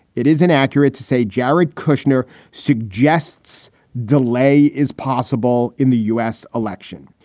it isn't accurate to say jared kushner suggests delay is possible in the u s. election.